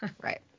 Right